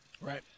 right